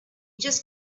just